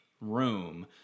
room